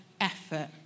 effort